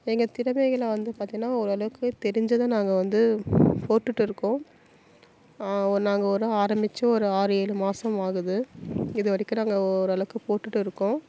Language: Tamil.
எங்கள் திறமைகளை வந்து பார்த்தின்னா ஓரளவுக்குத் தெரிஞ்சதை நாங்கள் வந்து போட்டுகிட்டு இருக்கோம் நாங்கள் ஒரு ஆரம்பித்து ஒரு ஆறு ஏழு மாதம் ஆகுது இது வரைக்கும் நாங்கள் ஓரளவுக்குப் போட்டுகிட்டு இருக்கோம்